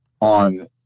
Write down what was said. on